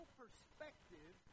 perspective